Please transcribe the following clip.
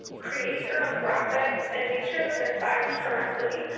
create your own graphics and make sure that they're sized correctly,